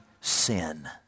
sin